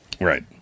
Right